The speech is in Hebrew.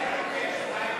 פיתוח התחבורה,